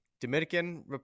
Dominican